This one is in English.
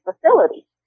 facility